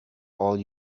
all